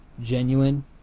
genuine